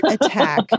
attack